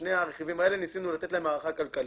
לשני הרכיבים האלה ניסינו לתת הערכה כלכלית.